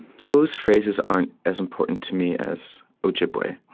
those phrases aren't as important to me as ojibwe,